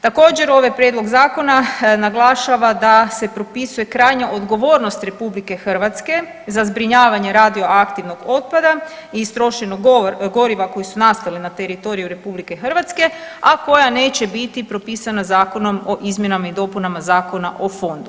Također ovaj prijedlog zakona naglašava da se propisuje krajnja odgovornost RH za zbrinjavanje radioaktivnog otpada i istrošenog goriva koji su nastali na teritoriju RH, a koja neće biti propisana Zakonom o izmjenama i dopunama Zakona o fondu.